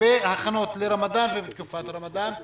בהכנות לתקופת הרמדאן.